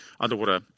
underwater